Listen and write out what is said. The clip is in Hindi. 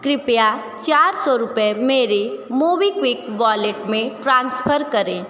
कृपया चार सौ रुपये मेरे मोवीक़्विक वॉलेट में ट्रांसफ़र करें